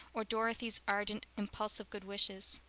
or dorothy's ardent, impulsive good wishes.